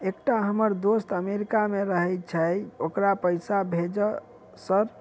एकटा हम्मर दोस्त अमेरिका मे रहैय छै ओकरा पैसा भेजब सर?